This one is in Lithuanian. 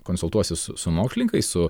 konsultuosis su mokslininkais su